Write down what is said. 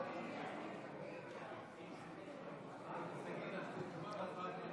בצעת החוק הזאת היוזם הראשון הוא חבר כנסת אוסאמה סעדי ואני יחד איתו.